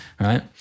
right